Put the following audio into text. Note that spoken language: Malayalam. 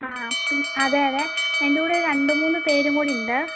ആ പിന്നെ അതെയതെ എൻ്റെ കൂടെയൊരു രണ്ടു മൂന്ന് പേരും കൂടെയുണ്ട്